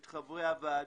את חברי הוועדה,